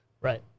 Right